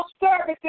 services